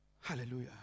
Hallelujah